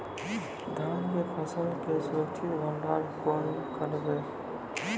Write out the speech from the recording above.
धान के फसल के सुरक्षित भंडारण केना करबै?